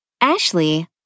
Ashley